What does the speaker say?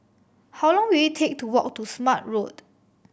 how long will it take to walk to Smart Road